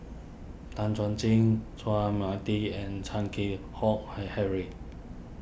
Tan Chuan Jin Chua Mia Tee and Chan Keng Howe He Harry